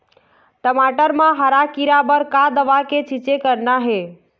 टमाटर म हरा किरा बर का दवा के छींचे करना ये?